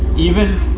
even